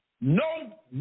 No